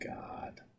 God